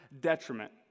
detriment